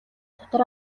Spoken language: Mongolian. дотор